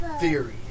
theory